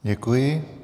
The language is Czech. Děkuji.